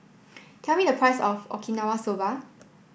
tell me the price of Okinawa soba